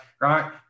right